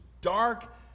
dark